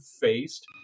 faced